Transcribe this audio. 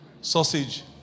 sausage